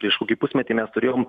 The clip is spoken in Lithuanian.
prieš kokį pusmetį mes turėjom